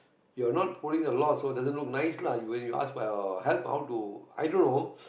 you're not following the law so doesn't look nice lah you when you ask for help how to i don't know